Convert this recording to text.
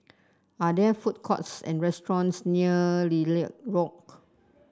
are there food courts and restaurants near Lilac Walk